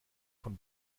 von